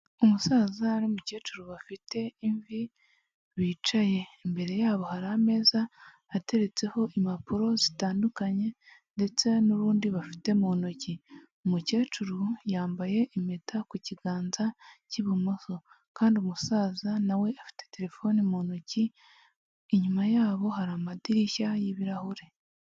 Umusaza n'umukecuru bafite imvi bicaye, imbere yabo hari ameza ateretseho impapuro zitandukanye ndetse n'urundi bafite mu ntoki. Umukecuru yambaye impeta ku kiganza cy'ibumoso kandi umusaza nawe afite telefone mu ntoki ,inyuma yabo hari amadirishya y'ibirahure.